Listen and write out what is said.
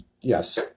Yes